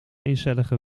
eencellige